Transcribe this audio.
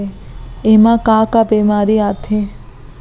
एमा का का बेमारी आथे?